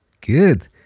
Good